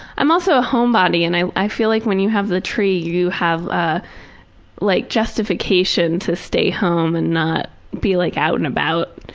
i'm also a homebody and i i feel like when you have the tree you have ah like justification to stay home and not be like out and about.